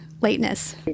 lateness